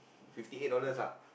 fifty eight dollars lah